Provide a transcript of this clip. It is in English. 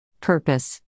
Purpose